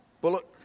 bullet